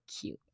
cute